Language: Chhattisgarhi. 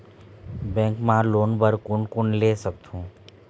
बैंक मा लोन बर कोन कोन ले सकथों?